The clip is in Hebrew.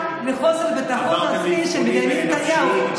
לחוסר ביטחון עצמי של בנימין נתניהו,